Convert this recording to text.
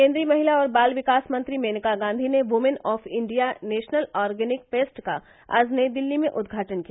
केन्द्रीय महिला और बाल विकास मंत्री मेनका गांधी ने women of India national organic fest का आज नई दिल्ली में उद्घाटन किया